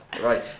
Right